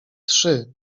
trzy